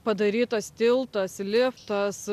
padarytas tiltas liftas